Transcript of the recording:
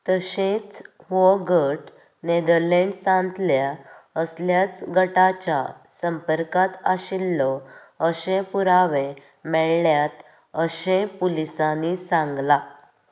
तशेंच हो गट नॅदरलँड्सांतल्या असल्याच गटाच्या संपर्कांत आशिल्लो अशें पुरावे मेळ्ळ्यात अशें पुलीसांनी सांगला